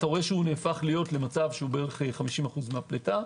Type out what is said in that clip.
הוא הופך לכ-50% מהפליטה.